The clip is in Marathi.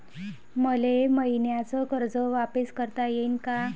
मले मईन्याचं कर्ज वापिस करता येईन का?